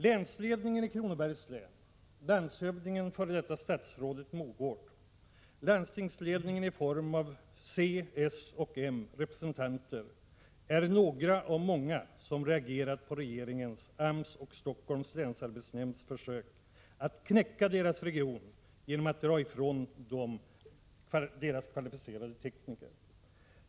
Länsledningen i Kronobergs län, landshövdingen f.d. statsrådet Mogård samt landstingsledningen i form av c-, soch m-representanter är några av många som reagerat på regeringens, AMS och Stockholms länsarbetsnämnds försök att knäcka deras region genom att dra ifrån dem deras kvalificerade tekniker.